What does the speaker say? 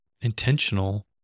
intentional